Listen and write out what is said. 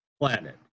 planet